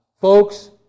Folks